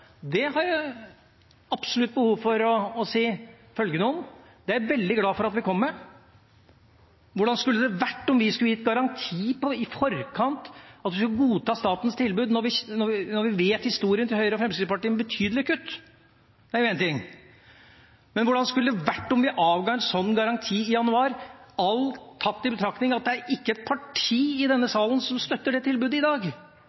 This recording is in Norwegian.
januar har jeg absolutt behov for å si følgende om: Det er jeg veldig glad for at vi kom med. Hvordan skulle det vært om vi skulle gitt garanti i forkant, at vi skulle godta statens tilbud, når vi vet historien til Høyre og Fremskrittspartiet, med betydelige kutt? Det er jo én ting. Men hvordan skulle det vært om vi avga en sånn garanti i januar, tatt i betraktning at det ikke er ett parti i denne salen som støtter det tilbudet i dag?